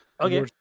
Okay